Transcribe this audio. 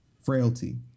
frailty